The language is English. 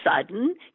sudden